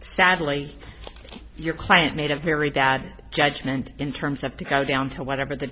sadly your client made a very bad judgment in terms of to go down to whatever the